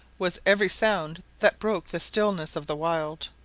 was every sound that broke the stillness of the wild.